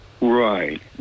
Right